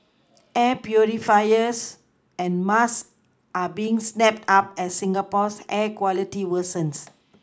air purifiers and masks are being snapped up as Singapore's air quality worsens